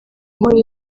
nkora